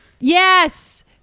Yes